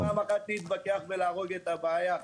עדיף פעם אחת להתווכח ולהרוג את הבעיה.